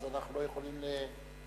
אז אנחנו לא יכולים למדוד,